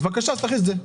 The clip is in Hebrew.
בקשה, אז תכניס את זה.